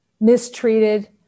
mistreated